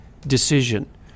Decision